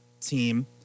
team